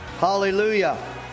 Hallelujah